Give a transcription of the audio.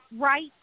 right